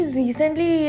recently